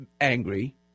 angry